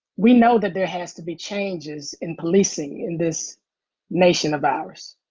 we know that there has to be changes in policing in this nation of ours.